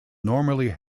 normally